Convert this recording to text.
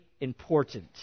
important